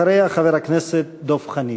אחריה, חבר הכנסת דב חנין.